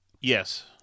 yes